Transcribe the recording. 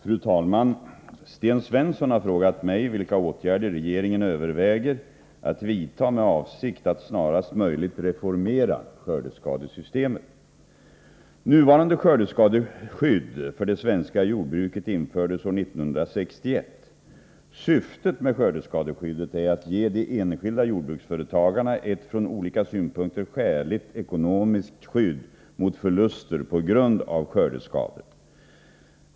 Fru talman! Sten Svensson har frågat mig vilka åtgärder regeringen överväger att vidta med avsikt att snarast möjligt reformera skördeskadesystemet. Nuvarande skördeskadeskydd för det svenska jordbruket infördes år 1961. Syftet med skördeskadeskyddet är att ge de enskilda jordbruksföretagarna ett från olika synpunkter skäligt ekonomiskt skydd mot förluster på grund av skördeskador.